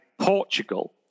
Portugal